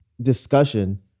discussion